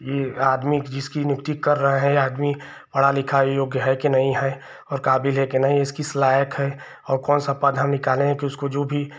यह आदमी जिसकी नियुक्ति कर रहे हैं आदमी पढ़ा लिखा योग्य है की नहीं है और काबिल है कि नहीं है यह किस लायक है और कौन सा प्रावधान निकालें कि उसको जो भी